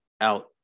out